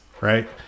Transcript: right